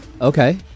Okay